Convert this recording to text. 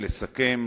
לסכם,